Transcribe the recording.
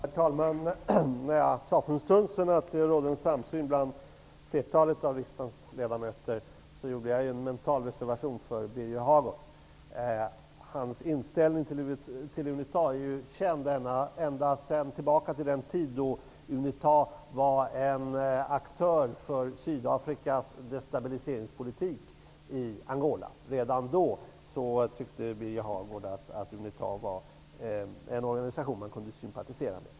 Herr talman! När jag för en stund sedan sade att det råder en samsyn bland flertalet av riksdagens ledamöter gjorde jag en mental reservation för Birger Hagård. Hans inställning till Unita är ju känd ända sedan den tid då Unita var aktör för Sydafrikas destabiliseringspolitik i Angola. Redan då tyckte Birger Hagård att Unita var en organisation man kunde sympatisera med.